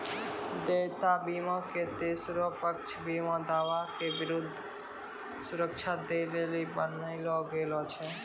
देयता बीमा के तेसरो पक्ष बीमा दावा के विरुद्ध सुरक्षा दै लेली बनैलो गेलौ छै